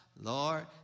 Lord